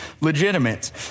legitimate